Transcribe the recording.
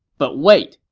but wait!